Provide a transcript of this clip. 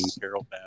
Carol